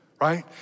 right